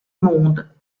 monde